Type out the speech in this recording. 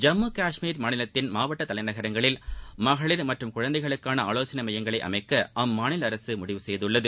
ஜம்மு கஷ்மீர் மாநிலத்தின் மாவட்ட தலைநகரங்களில் மகளிர் மற்றும் குழந்தைகளுக்கான ஆலோசனை மையங்களை அமைக்க அம்மாநில அரசு முடிவு செய்துள்ளது